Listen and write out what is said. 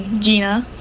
Gina